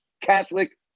Catholic